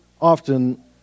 often